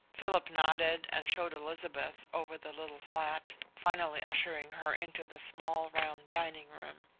philip nodded and showed elizabeth over the little flat, finally ushering her into the small, round dining room.